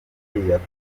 yagombaga